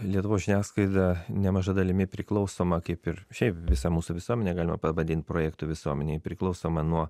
lietuvos žiniasklaida nemaža dalimi priklausoma kaip ir šiaip visa mūsų visuomenė galima pavadint projektu visuomenėj priklausoma nuo